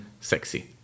sexy